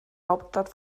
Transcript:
hauptstadt